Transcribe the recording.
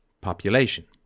population